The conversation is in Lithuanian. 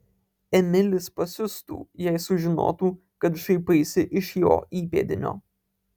emilis pasiustų jei sužinotų kad šaipaisi iš jo įpėdinio